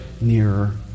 nearer